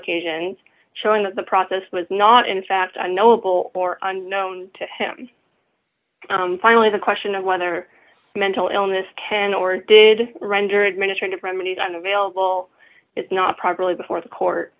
occasions showing that the process was not in fact unknowable or unknown to him finally the question of whether mental illness can or did render administrative remedies unavailable is not properly before the court